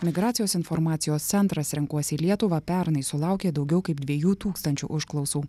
migracijos informacijos centras renkuosi lietuvą pernai sulaukė daugiau kaip dviejų tūkstančių užklausų